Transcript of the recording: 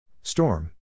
Storm